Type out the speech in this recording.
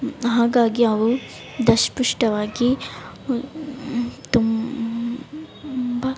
ಹಾಗಾಗಿ ಅವು ದಷ್ಟ ಪುಷ್ಟವಾಗಿ ತುಂಬ